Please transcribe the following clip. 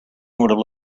would